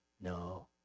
No